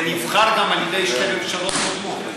ונבחר גם על ידי שתי ממשלות קודמות.